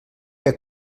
que